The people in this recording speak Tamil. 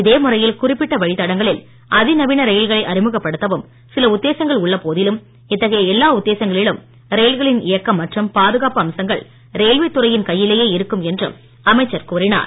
இதே முறையில் குறிப்பிட்ட வழித்தடங்களில் அதிநவீன ரயில்களை அறிமுகப்படுத்தவும் சில உத்தேசங்கள் உள்ள போதிலும் இத்தகைய எல்லா உத்தேசங்களிலும் ரயில்களின் இயக்கம் மற்றும் பாதுகாப்பு அம்சங்கள் ரயில்வே துறையின் கையிலேயே இருக்கும் என்று அமைச்சர் கூறினார்